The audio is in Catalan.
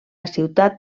ciutat